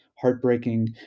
heartbreaking